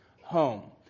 home